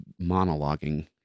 monologuing